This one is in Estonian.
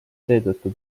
seetõttu